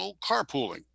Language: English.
carpooling